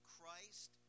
Christ